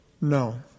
no